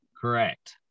correct